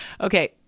Okay